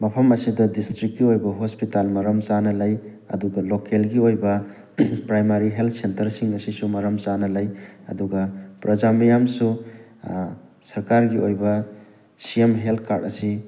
ꯃꯐꯝ ꯑꯁꯤꯗ ꯗꯤꯁꯇ꯭ꯔꯤꯛꯀꯤ ꯑꯣꯏꯕ ꯍꯣꯁꯄꯤꯇꯥꯜ ꯃꯔꯝ ꯆꯥꯅ ꯂꯩ ꯑꯗꯨꯒ ꯂꯣꯀꯦꯜꯒꯤ ꯑꯣꯏꯕ ꯄ꯭ꯔꯥꯏꯃꯥꯔꯤ ꯍꯦꯜꯠ ꯁꯦꯟꯇꯔꯁꯤꯡ ꯑꯁꯤꯁꯨ ꯃꯔꯝ ꯆꯥꯅ ꯂꯩ ꯑꯗꯨꯒ ꯄ꯭ꯔꯖꯥ ꯃꯤꯌꯥꯝꯁꯨ ꯁꯔꯀꯥꯔꯒꯤ ꯑꯣꯏꯕ ꯁꯤ ꯑꯦꯝ ꯍꯦꯜꯠ ꯀꯥꯔꯠ ꯑꯁꯤ